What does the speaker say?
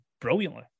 brilliantly